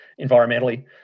environmentally